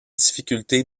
difficulté